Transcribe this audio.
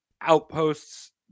outposts